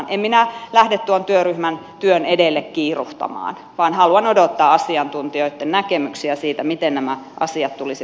en minä lähde tuon työryhmän työn edelle kiiruhtamaan vaan haluan odottaa asiantuntijoitten näkemyksiä siitä miten nämä asiat tulisi ratkaista